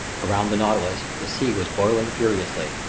around the nautilus the sea was boiling furiously.